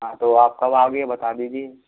हाँ तो आप कब आओगे ये बात दीजिए